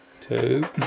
two